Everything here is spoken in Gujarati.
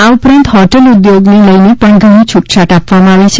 આ ઉપરાંત હોટેલ ઉદ્યોગને લઈ પણ ઘણી છૂટેછાટ આપવામાં આવી છે